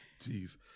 Jeez